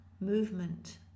movement